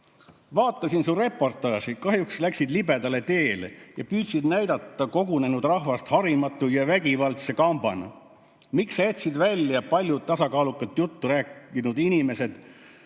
"Vaatasin su reportaaži. Kahjuks läksid libedale teele ja püüdsid näidata kogunenud rahvast harimatu ja vägivaldse kambana. Miks sa jätsid välja paljud tasakaalukat juttu rääkinud inimesed?"